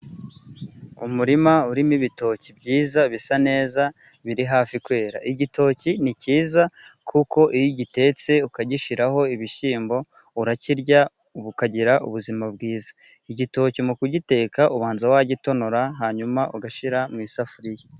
Umurima urimo ibitoki byiza bisa neza biri hafi kwera. igitoki ni cyiza kuko iyo ugitetse ukagishyiraho ibishyimbo urakirya ukagira ubuzima bwiza. igitoki mu kugiteka ubanza wagitonora hanyuma ugashyira mu isafuriya